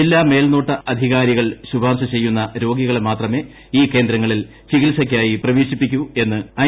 ജില്ലാ മേൽനോട്ട അധികാരികൾ ശുപാർശ ചെയ്യുന്ന രോഗികളെ മാത്രമെ ഈ കേന്ദ്രത്തിൽ ചികിത്സയ്ക്കായി പ്രവേശിപ്പിക്കൂ എന്ന് ഐ